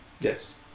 yes